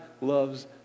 loves